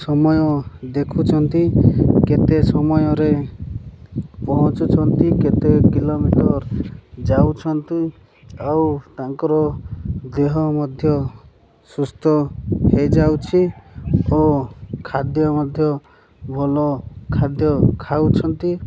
ସମୟ ଦେଖୁଛନ୍ତି କେତେ ସମୟରେ ପହଞ୍ଚୁଛନ୍ତି କେତେ କିଲୋମିଟର ଯାଉଛନ୍ତି ଆଉ ତାଙ୍କର ଦେହ ମଧ୍ୟ ସୁସ୍ଥ ହେଇଯାଉଛି ଓ ଖାଦ୍ୟ ମଧ୍ୟ ଭଲ ଖାଦ୍ୟ ଖାଉଛନ୍ତି